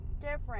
different